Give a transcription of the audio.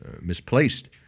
misplaced